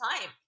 time